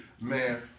man